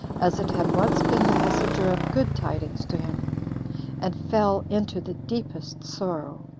as it had once been the messenger of good tidings to him and fell into the deepest sorrow.